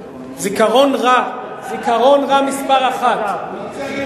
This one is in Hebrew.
זיכרון רע מספר אחת, מי צעיר פה?